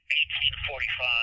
1845